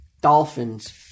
dolphins